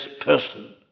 person